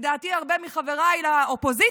לדעתי הרבה מחבריי לאופוזיציה